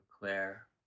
Claire